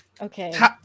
Okay